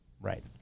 Right